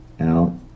out